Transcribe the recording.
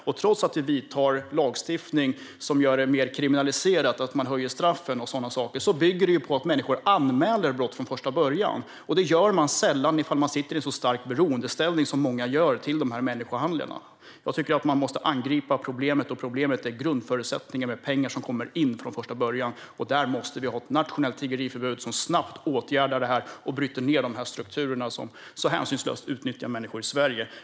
Även om vi antar lagstiftning som kriminaliserar i högre grad - man höjer straffen och sådana saker - bygger detta på att människor anmäler brott från första början. Det gör man sällan om man befinner sig i en så stark beroendeställning till dessa människohandlare som många gör. Jag tycker att man måste angripa det problem som är grundförutsättningen: pengar som kommer in från första början. Vi måste ha ett nationellt tiggeriförbud som snabbt åtgärdar detta och bryter ned de här strukturerna, som leder till ett hänsynslöst utnyttjande av människor i Sverige.